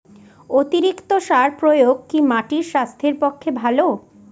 অতিরিক্ত সার প্রয়োগ কি মাটির স্বাস্থ্যের পক্ষে ভালো?